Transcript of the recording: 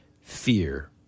fear